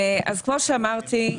כמו שאמרתי,